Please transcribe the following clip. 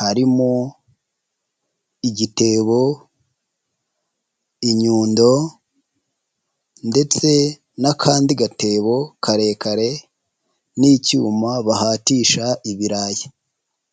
harimo igitebo, inyundo ndetse n'akandi gatebo karekare n'icyuma bahatisha ibirayi.